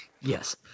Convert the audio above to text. yes